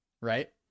Right